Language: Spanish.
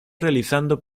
realizando